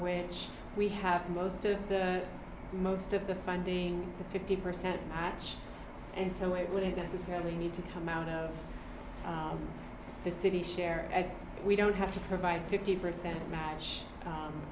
which we have most of the most of the funding for fifty percent and so it wouldn't necessarily need to come out of the city share and we don't have to provide fifty percent match